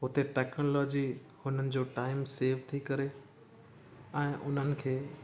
हुते टेक्नोलॉजी हुननि जो टाइम सेव थी करे ऐं उन्हनि खे